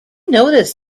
noticed